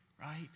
right